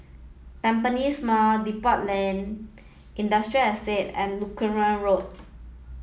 Tampines Mall Depot Lane Industrial Estate and Lutheran Road